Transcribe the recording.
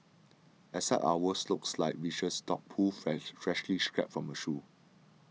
except ours looked like viscous dog poop fresh freshly scraped from a shoe